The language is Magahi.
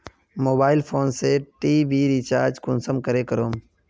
मोबाईल फोन से टी.वी रिचार्ज कुंसम करे करूम?